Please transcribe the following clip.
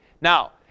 Now